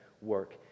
work